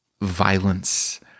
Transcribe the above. violence